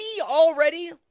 already